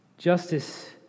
Justice